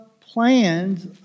plans